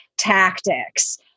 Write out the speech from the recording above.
tactics